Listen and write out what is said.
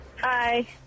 Hi